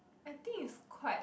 I think it's quite